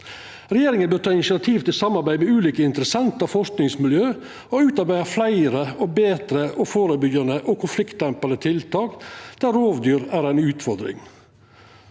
Regjeringa bør ta initiativ til samarbeid med ulike interessentar og forskingsmiljø og utarbeida fleire og betre førebyggjande og konfliktdempande tiltak der rovdyr er ei utfordring.